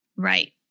Right